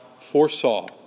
foresaw